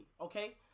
okay